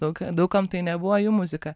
daug daug kam tai nebuvo jų muzika